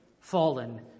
fallen